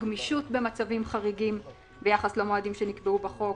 גמישות במצבים חריגים ביחס למועדים שנקבעו בחוק,